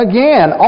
Again